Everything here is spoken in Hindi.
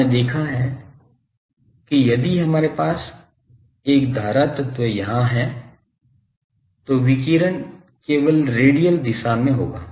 आपने देखा है कि यदि हमारे पास एक धारा तत्व यहाँ है तो विकिरण केवल रेडियल दिशा में होगा